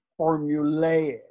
formulaic